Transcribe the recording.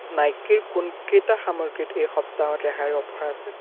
নাইকিৰ কোনকেইটা সামগ্ৰীত এই সপ্তাহত ৰেহাইৰ অ'ফাৰ আছে